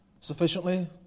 sufficiently